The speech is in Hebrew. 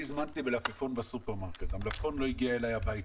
הזמנתי מלפפון בסופרמרקט והוא לא הגיע אליי הביתה.